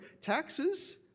taxes